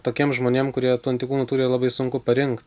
tokiem žmonėm kurie tų antikūnų turi labai sunku parinkt